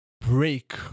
break